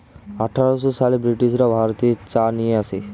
আঠারোশো সালে ব্রিটিশরা ভারতে চা নিয়ে আসে